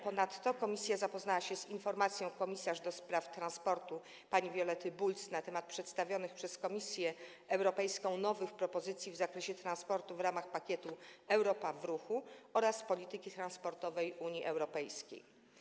Ponadto komisja zapoznała się z informacją komisarz do spraw transportu pani Violety Bulc na temat przedstawionych przez Komisję Europejską nowych propozycji w zakresie transportu w ramach pakietu „Europa w ruchu” oraz polityki transportowej Unii Europejskiej.